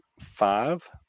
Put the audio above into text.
five